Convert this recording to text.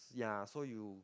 ya so you